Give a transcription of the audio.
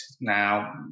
Now